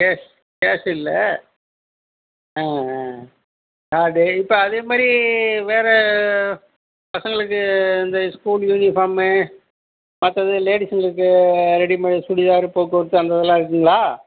cash cash இல்லை card இப்போ அதேமாரி வேறு பசங்களுக்கு இந்த ஸ்கூல் யூனிஃபார்மு மற்றது லேடீஸ்ங்களுக்கு ரெடிமேட் சுடிதார் போக்குவரத்து அந்த இதெலாம் இருக்குதுங்களா